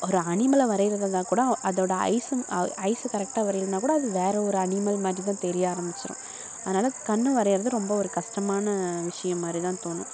ஒரு அனிமலை வரைகிறதா இருந்தால் கூட அதோட ஐஸ்ஸும் ஐஸ்ஸு கரெக்டாக வரையலைன்னா கூட அது வேறு ஒரு அனிமல் மாதிரிதான் தெரிய ஆரம்பிச்சுரும் அதனால் கண் வரைகிறது ரொம்ப ஒரு கஷ்டமான விஷயம் மாதிரிதான் தோணும்